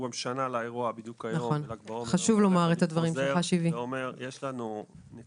אנחנו היום שנה לאירוע במירון ואני חוזר ואומר שיש לנו נציג